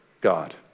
God